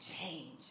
change